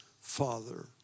Father